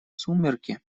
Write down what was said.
сумерки